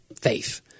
faith